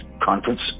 conference